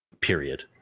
period